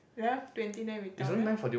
eleven twenty then we tell them